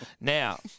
Now